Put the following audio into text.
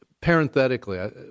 parenthetically